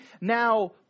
now